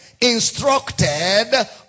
instructed